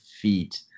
feet